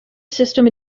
system